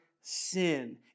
sin